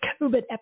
COVID